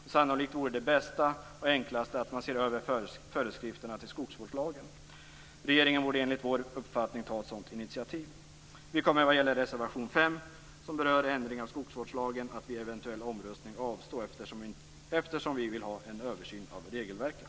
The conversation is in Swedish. Det bästa och enklaste är sannolikt att man ser över föreskrifterna till skogsvårdslagen. Regeringen borde enligt vår uppfattning ta ett sådant initiativ. Vad gäller reservation 5, som berör ändring av skogsvårdslagen, kan jag säga att vi kommer att avstå vid en eventuell omröstning, eftersom vi vill ha en översyn av regelverket.